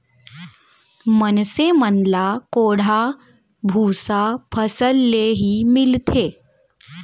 मनसे मन ल कोंढ़ा भूसा फसल ले ही मिलथे